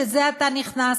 שזה עתה נכנס,